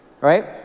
right